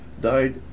died